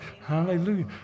Hallelujah